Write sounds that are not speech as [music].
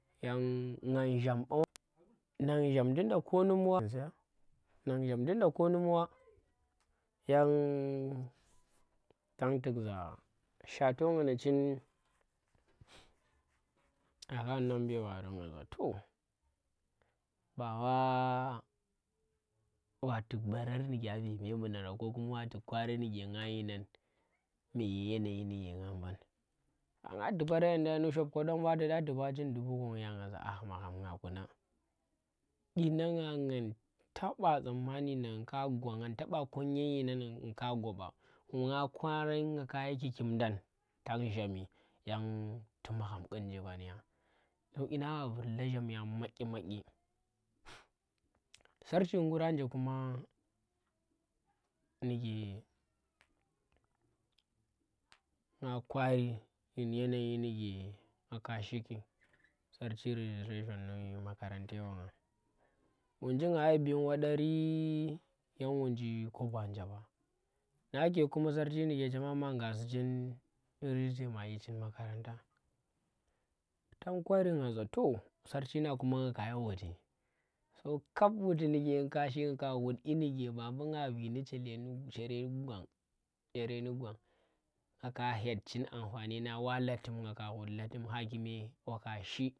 Yang ngan zham [noise] ndinda nang zham, yang nagu zhamdinda ko num wa yang tang tuk za shato nga ndi chin account number wa ro nga za toh, ba wa wa tuk barar ndike vee memunara ko kuma wa tuk kwari ndike nga dyinang ndi yana yi ndike nga ban ba nga tuparang yenda ndi shop kodom ba tu da tupah chin dubu gwang ya ngaza ahh magham nga kuna, dyinan nga nang taba tsammani nagn ka gwa nga taba konyi dyinan nga ka gwa ba. nga kwarang nga kayi kiki mda nang tan zhami yan tu magham kun njivan ya yan dyi nang wa vur lazham ya madyi madyi sarchi nguranje kuma nyike nga kwari yin yanayi ndike nga ka shiki sarchi registration ndi makarante wanga wunji nga yi bing wadari, yang wonji kobo anje ɓa nake kuma sarchi ndike chema ma ngasi chin redister mayi chin makaranta tang kori nga za toh sarchi nang kuma nga kayi ghutu kap ghuti nyi ke nga kashi nga ka ghut dyinike ba mbu nga vee ndi chele ndi chere ndi gwang chere ndi gwang nga ka fet chin amfani nang wa latim ngaka ghut latim hakime waka shi